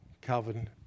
Calvin